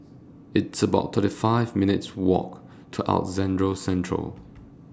It's about thirty five minutes' Walk to Alexandra Central